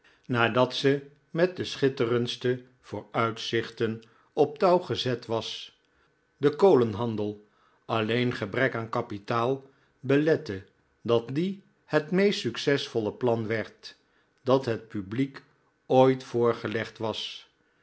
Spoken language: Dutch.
nadat ze met de schitterendste vooruitzichten op touw gezet was den kolenhandel alleen gebrek aan kapitaal belette dat die het meest succesvolle plan werd dat het publiek ooit voorgelegd was